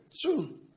True